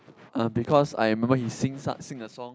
uh because I remember he sings uh sing a song